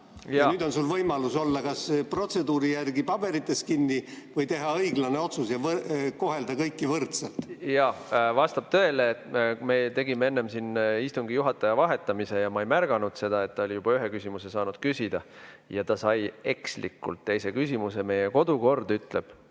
nüüd on sul võimalus olla kas protseduuri järgi paberites kinni või teha õiglane otsus ja kohelda kõiki võrdselt. Jah, vastab tõele: me tegime enne siin istungi juhataja vahetamise ja ma ei märganud seda, et ta oli juba ühe küsimuse saanud küsida ja nii sai ta ekslikult esitada ka teise küsimuse. Meie kodukord ütleb